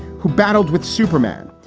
who battled with superman,